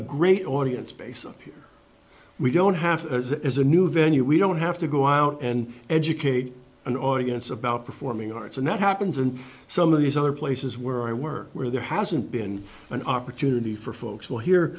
a great audience base here we don't have that as a new venue we don't have to go out and educate an audience about performing arts and that happens in some of these other places where i work where there hasn't been an opportunity for folks so here